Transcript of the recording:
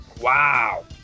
Wow